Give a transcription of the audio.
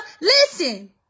Listen